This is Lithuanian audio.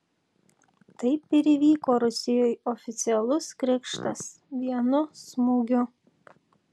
taip ir įvyko rusioj oficialus krikštas vienu smūgiu